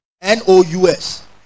N-O-U-S